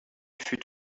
fut